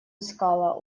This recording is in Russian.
искала